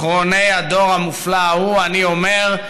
אחרוני הדור המופלא ההוא, אני אומר: